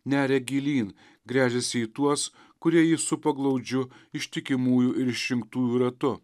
neria gilyn gręžiasi į tuos kurie jį supa glaudžiu ištikimųjų ir išrinktųjų ratu